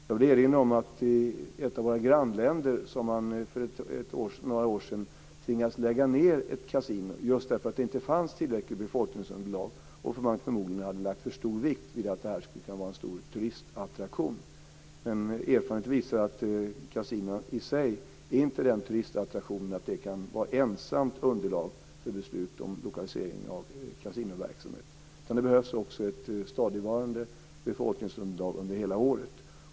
Jag vill erinra om att man i ett av våra grannländer för några år sedan tvingades lägga ned ett kasino just för att det inte fanns ett tillräckligt befolkningsunderlag och för att man förmodligen hade lagt för stor vikt vid att det skulle vara en turistattraktion. Erfarenheten visar att kasinon i sig inte är den turistattraktion att ett sådant ensamt kan vara underlag för beslut om lokalisering av kasinoverksamhet. Det behövs ett stadigvarande befolkningsunderlag under hela året.